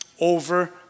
over